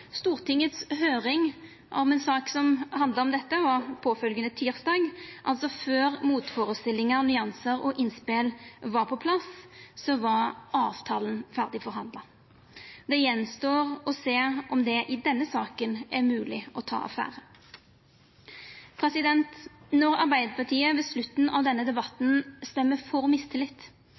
høyring om ei sak som handla om dette, var påfølgjande tysdag – altså før motførestellingar, nyansar og innspel var på plass, var avtalen ferdigforhandla. Det står att å sjå om det i denne saka er mogleg å ta affære. Når Arbeidarpartiet på slutten av denne debatten stemmer for